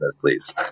please